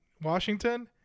Washington